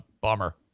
bummer